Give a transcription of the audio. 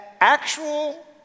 actual